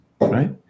right